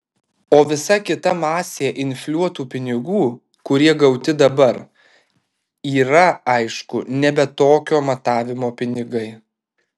o visa kita masė infliuotų pinigų kurie gauti dabar yra aišku nebe tokio matavimo pinigai